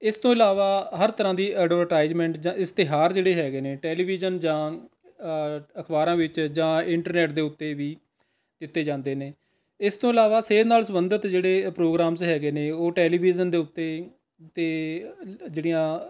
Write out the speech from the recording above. ਇਸ ਤੋਂ ਇਲਾਵਾ ਹਰ ਤਰ੍ਹਾਂ ਦੀ ਐਡਵਟਾਈਜ਼ਮੈਂਟ ਜਾਂ ਇਸ਼ਤਿਹਾਰ ਜਿਹੜੇ ਹੈਗੇ ਨੇ ਟੈਲੀਵਿਜ਼ਨ ਜਾਂ ਅਖਬਾਰਾਂ ਵਿੱਚ ਜਾਂ ਇੰਟਰਨੈੱਟ ਦੇ ਉੱਤੇ ਵੀ ਦਿੱਤੇ ਜਾਂਦੇ ਨੇ ਇਸ ਤੋਂ ਇਲਾਵਾ ਸਿਹਤ ਨਾਲ ਸੰਬੰਧਿਤ ਜਿਹੜੇ ਪ੍ਰੋਗਰਾਮਸ ਹੈਗੇ ਨੇ ਉਹ ਟੈਲੀਵਿਜ਼ਨ ਦੇ ਉੱਤੇ ਅਤੇ ਜਿਹੜੀਆਂ